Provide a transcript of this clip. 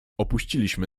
opuściliśmy